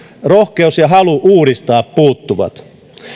rohkeus ja halu uudistaa puuttuvat